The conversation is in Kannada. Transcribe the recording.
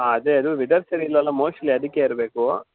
ಹಾಂ ಅದೇ ಅದು ವೆದರ್ ಸರಿ ಇಲ್ಲ ಅಲ್ಲ ಮೋಸ್ಟ್ಲಿ ಅದಕ್ಕೇ ಇರಬೇಕು